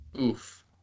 Oof